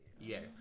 Yes